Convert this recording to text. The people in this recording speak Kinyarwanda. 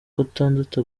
gatatu